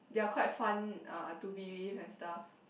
they are quite fun uh to be with and stuff